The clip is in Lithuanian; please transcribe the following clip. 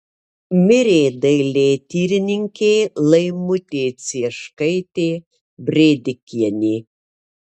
mirė dailėtyrininkė laimutė cieškaitė brėdikienė